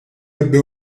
ebbe